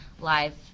live